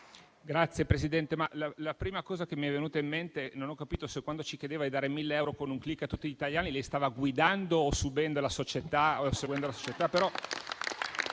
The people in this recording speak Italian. Signor Presidente, la prima cosa che mi è venuta in mente è che non ho capito se, quando ci chiedeva di dare 1.000 euro con un *click* a tutti gli italiani, lei stava guidando, subendo o seguendo la società.